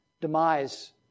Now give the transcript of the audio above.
demise